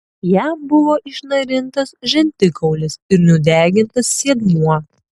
jam buvo išnarintas žandikaulis ir nudegintas sėdmuo